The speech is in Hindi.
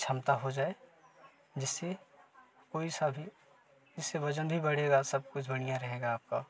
क्षमता हो जाए जिससे कोई सा भी जिसे वजन भी बढ़ेगा सब कुछ बढ़िया रहेगा आपका